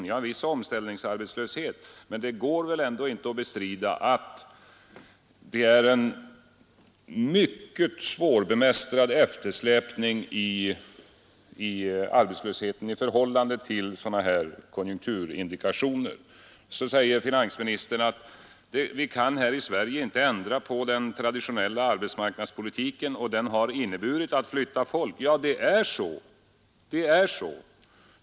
Ja, med en viss omställningsarbetslöshet, men det går väl inte att bestrida att det råder en mycket svårbemästrad eftersläpning av arbetslösheten i förhållande till sådana här konjunkturindikationer. Finansministern förklarar att vi i Sverige inte kan ändra på den traditionella arbetsmarknadspolitiken, och den har inneburit att man flyttar folk. Ja, det är så.